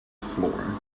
floor